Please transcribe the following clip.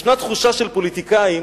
יש תחושה של פוליטיקאים